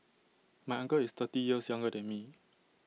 my uncle is thirty years younger than me